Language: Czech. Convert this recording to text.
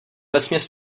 vesměs